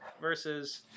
versus